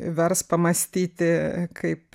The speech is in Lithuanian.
vers pamąstyti kaip